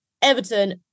Everton